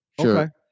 Sure